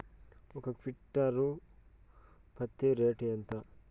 ఒక క్వింటాలు పత్తి రేటు ఎంత?